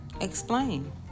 explain